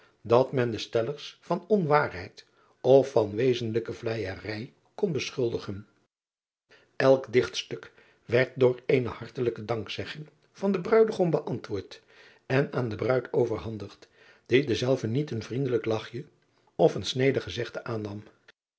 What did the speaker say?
dat men de stellers van onwaarheid of van wezenlijke vleijerij kon beschuldigen lk ichtstuk werd door eene hartelijke dankzegging van den ruidegom beantwoord en aan de ruid overhandigd die dezelve niet een vriendelijk lachje of een snedig gezegde aannam